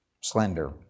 slender